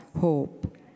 hope